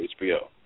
HBO